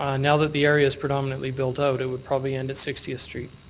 um now that the area is predominantly built out it would probably end at sixtieth street